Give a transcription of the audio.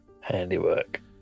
handiwork